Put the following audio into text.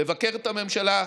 לבקר את הממשלה,